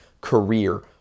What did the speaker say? career